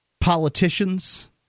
politicians